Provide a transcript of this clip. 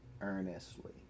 earnestly